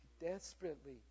desperately